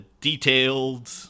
detailed